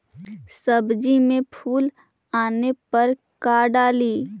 सब्जी मे फूल आने पर का डाली?